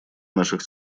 наших